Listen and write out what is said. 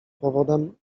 powodem